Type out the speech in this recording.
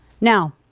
Now